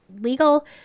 Legal